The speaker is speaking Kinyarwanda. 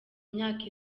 myaka